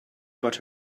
got